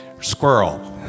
squirrel